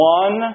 one